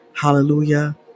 hallelujah